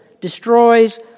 destroys